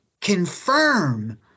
confirm